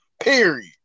Period